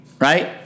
Right